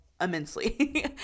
immensely